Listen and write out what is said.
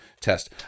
test